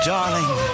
Darling